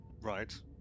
right